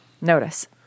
Notice